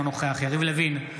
אינו נוכח יריב לוין,